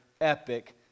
epic